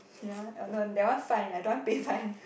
ya no that one fine I don't want pay fine